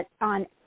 on